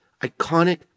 iconic